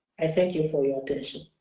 i thank you for your attention.